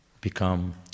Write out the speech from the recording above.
become